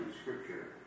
Scripture